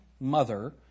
mother